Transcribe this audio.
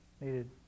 needed